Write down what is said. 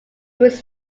was